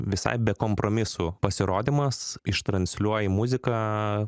visai be kompromisų pasirodymas ištransliuoji muziką